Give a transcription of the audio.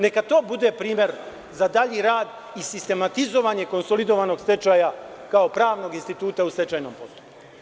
Neka to bude primer za dalji rad i sistematizovanje konsolidovanog stečaja kao pravnog instituta u stečajnom postupku.